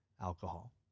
alcohol